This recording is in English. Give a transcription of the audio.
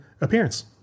appearance